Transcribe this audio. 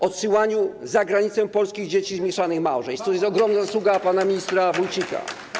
odsyłaniu za granicę polskich dzieci z mieszanych małżeństw - to jest ogromna zasługa pana ministra Wójcika.